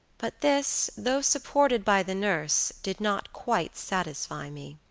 but this, though supported by the nurse, did not quite satisfy me.